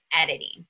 editing